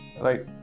right